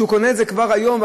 שקונה את זה כבר היום,